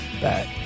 back